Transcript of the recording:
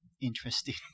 interesting